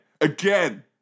again